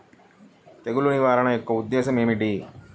తెగులు నిర్వహణ యొక్క ఉద్దేశం ఏమిటి?